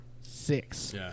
six